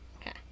Okay